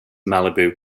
malibu